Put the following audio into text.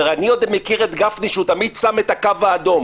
אני מכיר את גפני שהוא תמיד שם את הקו האדום,